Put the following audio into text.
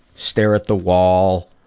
stare at the wall.